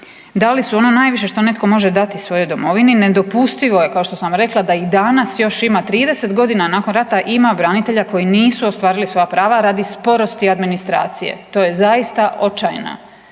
Dali su ono najviše što netko može dati svojoj domovini. Nedopustivo je kao što sam rekla da i danas još ima 30 godina nakon rata ima branitelja koji nisu ostvarili svoja prava radi sporosti administracije. To je zaista očajno.